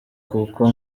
kuko